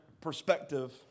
perspective